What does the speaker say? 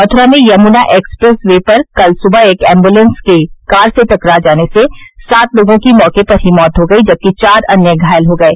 मथुरा में Yamuna expressway पर कल सुबह एक एम्बुलेंस के कार से टकरा जाने से सात लोगों की मौके पर ही मौत हो गई जबकि चार अन्य घायल हो गये